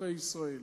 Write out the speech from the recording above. אזרחי ישראל?